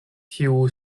tiu